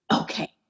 okay